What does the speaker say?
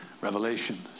revelation